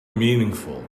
meaningful